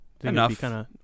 Enough